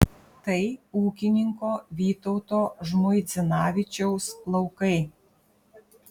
tai ūkininko vytauto žmuidzinavičiaus laukai